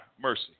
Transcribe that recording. mercy